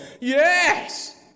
yes